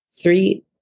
Three